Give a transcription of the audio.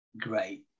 great